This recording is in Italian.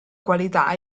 qualità